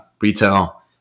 retail